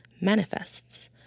manifests